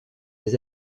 des